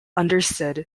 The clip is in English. understood